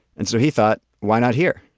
and so he thought, why not here?